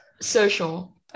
Social